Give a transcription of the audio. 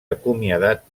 acomiadat